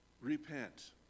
repent